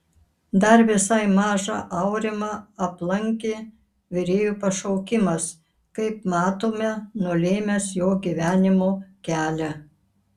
dar visai mažą aurimą aplankė virėjo pašaukimas kaip matome nulėmęs jo gyvenimo kelią